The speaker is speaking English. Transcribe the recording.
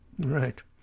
Right